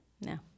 no